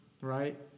right